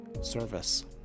service